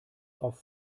auf